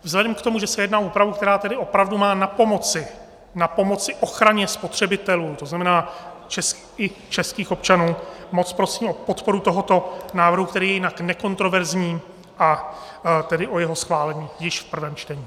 Vzhledem k tomu, že se jedná o úpravu, která tedy opravdu má napomoci ochraně spotřebitelů, to znamená i českých občanů, moc prosím o podporu tohoto návrhu, který je jinak nekontroverzní, a tedy o jeho schválení již v prvém čtení.